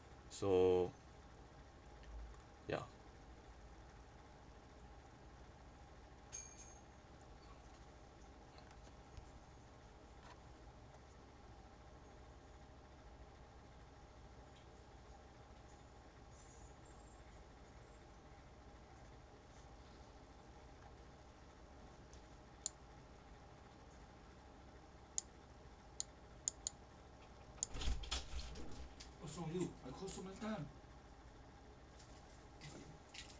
so ya